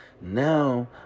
Now